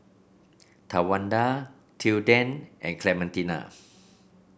Tawanda Tilden and Clementina